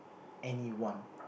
anyone